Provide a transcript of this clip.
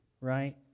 right